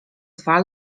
dwa